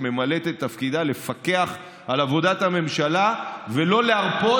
ממלאת את תפקידה לפקח על עבודת הממשלה ולא להרפות.